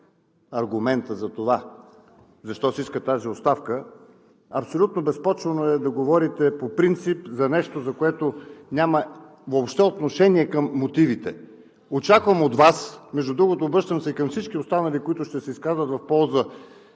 аргумента защо се иска тази оставка, абсолютно безпочвено е да говорите за нещо, което по принцип няма отношение към мотивите. Очаквам от Вас, между другото, обръщам се и към всички останали, които ще се изкажат в полза